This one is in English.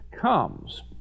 comes